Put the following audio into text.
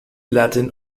latin